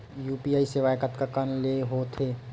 UPI सेवाएं कतका कान ले हो थे?